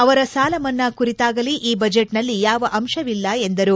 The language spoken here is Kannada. ಅವರ ಸಾಲಮನ್ನಾ ಕುರಿತಾಗಲಿ ಈ ಬಜೆಟ್ ನಲ್ಲಿ ಯಾವ ಅಂಶವಿಲ್ಲ ಎಂದರು